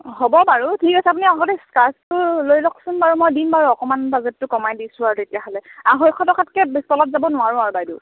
হ'ব বাৰু ঠিক আছে আপুনি আগতে স্কাৰ্টটো লৈ লওকচোন বাৰু মই দিম বাৰু অকমান বাজেটটো কমাই দিছোঁ আৰু তেতিয়াহ'লে আঢ়ৈশ টকাতকৈ তলত যাব নোৱাৰোঁ আৰু বাইদেউ